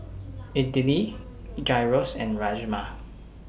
Idili Gyros and Rajma